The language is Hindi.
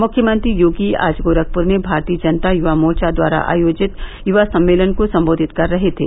मुख्यमंत्री योगी आज गोरखप्र में भारतीय जनता युवा मोर्चा द्वारा आयोजित युवा सम्मेलन को सम्बोधित कर रहे थे